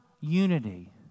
unity